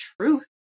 truth